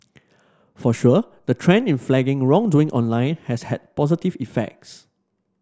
for sure the trend in flagging wrongdoing online has had positive effects